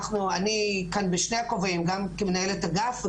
אני כאן בשני הכובעים גם כמנהלת אגף,